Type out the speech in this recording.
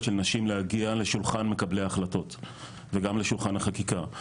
של נשים להגיע לשולחן מקבלי ההחלטות וגם לשולחן החקיקה,